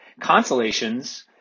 Consolations